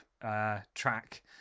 track